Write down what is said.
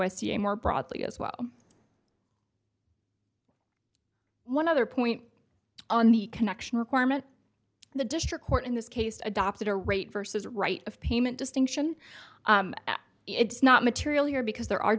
a more broadly as well one other point on the connection requirement the district court in this case adopted a rate versus right of payment distinction it's not material here because there are